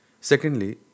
Secondly